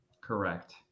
Correct